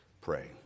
pray